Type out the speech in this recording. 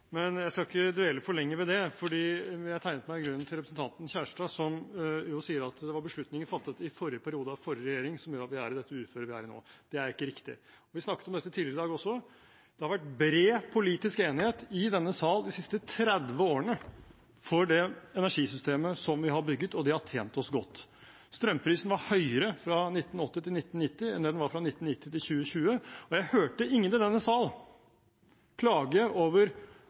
Jeg skal ikke dvele for lenge ved det, for jeg tegnet meg i grunnen til representanten Kjerstad, som sier at det er beslutninger fattet i forrige periode, av forrige regjering, som gjør at vi er i det uføret vi er nå. Det er ikke riktig. Vi snakket om dette tidligere i dag også: Det har vært bred politisk enighet i denne sal de siste 30 årene om det energisystemet som vi har bygget, og det har tjent oss godt. Strømprisen var høyere fra 1980 til 1990 enn den var fra 1990 til 2020, og jeg hørte ingen i denne sal klage over